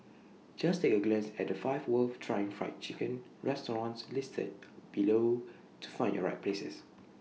just take A glance at the five worth trying Fried Chicken restaurants listed below to find your right places